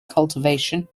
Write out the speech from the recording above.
cultivation